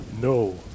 No